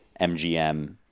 MGM